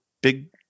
big